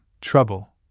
trouble